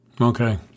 Okay